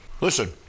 Listen